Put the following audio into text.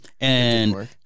and-